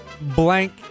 blank